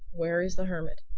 where is the hermit?